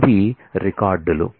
ఇది రికార్డులు